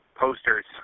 posters